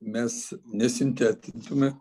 mes nesintetintume